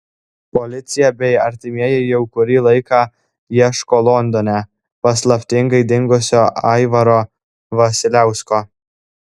policija bei artimieji jau kurį laiką ieško londone paslaptingai dingusio aivaro vasiliausko